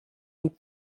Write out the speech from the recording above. les